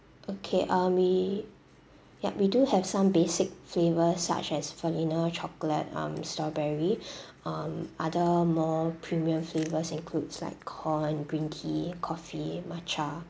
okay um we yup we do have some basic flavour such as vanilla chocolate um strawberry um other more premium flavours includes like corn green tea coffee matcha